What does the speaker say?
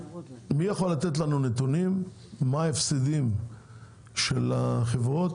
מי יכול לתת לנו נתונים מה ההפסדים של החברות